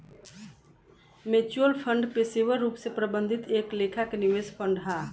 mutual fund पेशेवर रूप से प्रबंधित एक लेखा के निवेश फंड हा